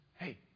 hey